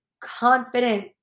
confident